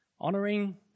Honoring